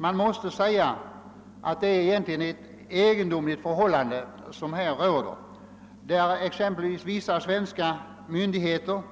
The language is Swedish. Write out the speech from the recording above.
Man måste säga att det är ett egendomligt förhållande som här råder. Vissa svenska myndigheter